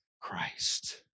Christ